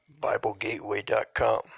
Biblegateway.com